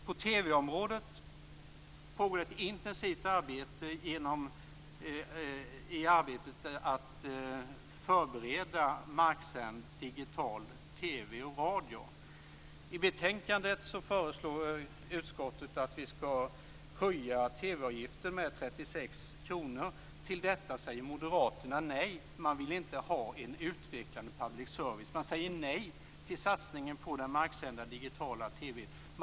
På TV-området pågår ett intensivt arbete för att förbereda marksänd digital TV och radio. I betänkandet föreslår utskottet att vi skall höja TV-avgiften med 36 kr. Till detta säger Moderaterna nej. Man vill inte ha en utvecklande public service. Man säger nej till satsningen på den marksända digitala TV:n.